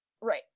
right